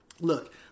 look